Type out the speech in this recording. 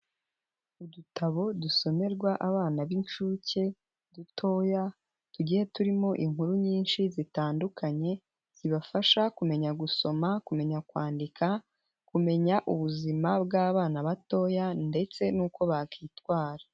Udutabo dusomerwa abana b'inshuke dutoya, tugiye turimo inkuru nyinshi zitandukanye, zibafasha kumenya gusoma, kumenya kwandika, kumenya ubuzima bw'abana batoya ndetse n'uko bakitwara.